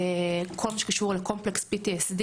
את כל מה שקשור לקומפלקס Complex PTSD